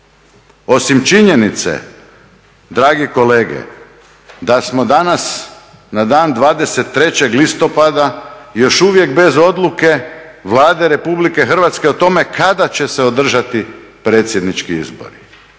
osim činjenice dragi kolege da smo danas na dan 23.listopada još uvijek bez odluke Vlade RH o tome kada će se održati predsjednički izbori.